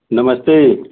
नमस्ते